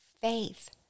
faith